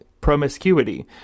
promiscuity